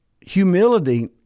Humility